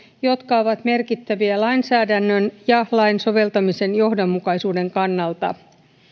jotka ovat merkittäviä lainsäädännön ja lain soveltamisen johdonmukaisuuden kannalta